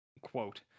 quote